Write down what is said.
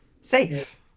safe